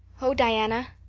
oh, diana,